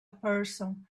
person